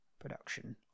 production